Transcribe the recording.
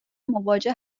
مواجه